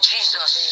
Jesus